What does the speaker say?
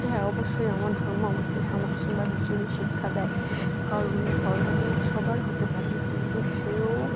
হ্যাঁ অবশ্যই আমার ধর্ম আমাকে সমাজসেবা হিসেবে শিক্ষা দেয় কারণ ধর্ম সবার হতে পারে কিন্তু সেও